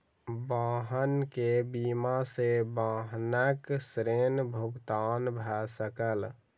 वाहन के बीमा सॅ वाहनक ऋण भुगतान भ सकल